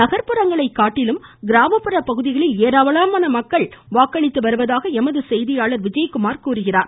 நகர்புறங்களை காட்டிலும் கிராமப்பகுதிகளில் ஏராளமான மக்கள் வாக்களித்து வருவதாக எமது செய்தியாளர் தெரிவிக்கிறார்